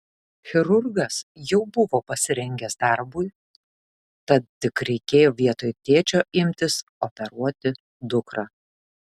chirurgas jau buvo pasirengęs darbui tad tik reikėjo vietoj tėčio imtis operuoti dukrą